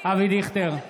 אבי דיכטר,